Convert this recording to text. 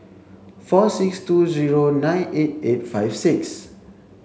four six two zero nine eight eight five six